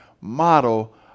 model